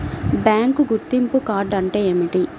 Bank గుర్తింపు card అంటే ఏమిటి?